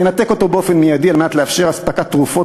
לנתק אותו באופן מיידי כדי לאפשר אספקת תרופות